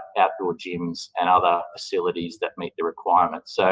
outdoor gyms and other facilities that meet the requirements. so